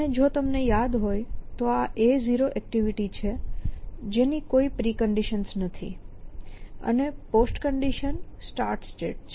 અને જો તમને યાદ હોય તો આ A0 એક્ટિવિટી છે જેની કોઈ પ્રિકન્ડિશન્સ નથી અને પોસ્ટકન્ડિશન સ્ટાર્ટ સ્ટેટ છે